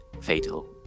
Fatal